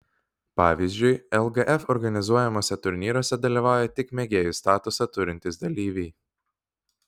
pavyzdžiui lgf organizuojamuose turnyruose dalyvauja tik mėgėjų statusą turintys dalyviai